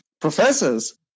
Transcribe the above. professors